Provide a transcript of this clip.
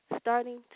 starting